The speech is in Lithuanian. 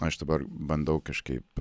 aš dabar bandau kažkaip